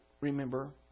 remember